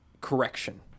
correction